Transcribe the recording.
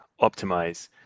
optimize